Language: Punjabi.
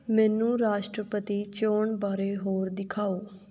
ਮੈਨੂੰ ਰਾਸ਼ਟਰਪਤੀ ਚੋਣ ਬਾਰੇ ਹੋਰ ਦਿਖਾਓ